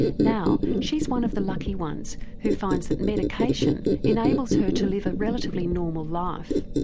now, she's one of the lucky ones who finds that medication enables her to live a relatively normal life.